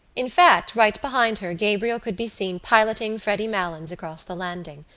in fact right behind her gabriel could be seen piloting freddy malins across the landing.